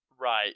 Right